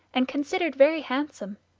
and considered very handsome.